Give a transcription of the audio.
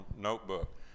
notebook